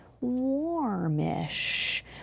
warmish